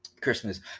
Christmas